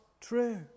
true